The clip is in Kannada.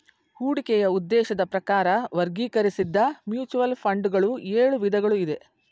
ಹೂಡಿಕೆಯ ಉದ್ದೇಶದ ಪ್ರಕಾರ ವರ್ಗೀಕರಿಸಿದ್ದ ಮ್ಯೂಚುವಲ್ ಫಂಡ್ ಗಳು ಎಳು ವಿಧಗಳು ಇದೆ